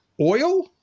Oil